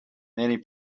many